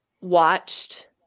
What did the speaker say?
watched